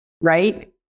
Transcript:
right